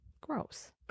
Gross